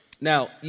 Now